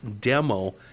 demo